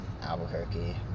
Albuquerque